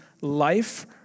life